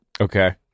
Okay